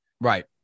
Right